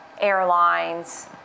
airlines